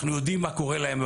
אנחנו יודעים מה קורה להם,